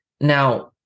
Now